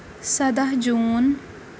سَداہ جوٗن